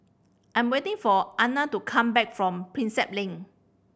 I am waiting for Anona to come back from Prinsep Link